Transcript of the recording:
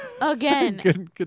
again